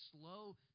slow